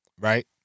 right